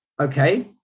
Okay